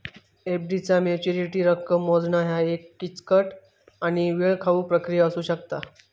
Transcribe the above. FD चा maturity रक्कम मोजणा ह्या एक किचकट आणि वेळखाऊ प्रक्रिया असू शकता